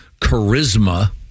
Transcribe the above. charisma